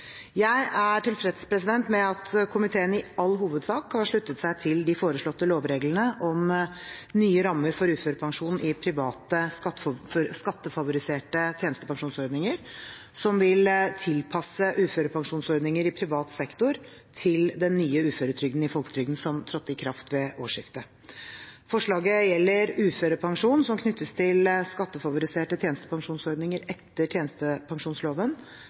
Jeg er tilfreds med at komiteen i all hovedsak har sluttet seg til de foreslåtte lovreglene om nye rammer for uførepensjonen i private skattefavoriserte tjenestepensjonsordninger, som vil tilpasse uførepensjonsordninger i privat sektor til den nye uføretrygden i folketrygden som trådte i kraft ved årsskiftet. Forslaget gjelder uførepensjon som knyttes til skattefavoriserte tjenestepensjonsordninger etter tjenestepensjonsloven,